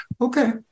Okay